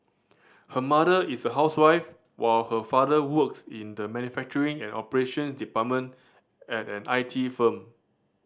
her mother is a housewife while her father works in the manufacturing and operations department at an I T firm